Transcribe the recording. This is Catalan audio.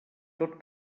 tot